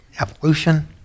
evolution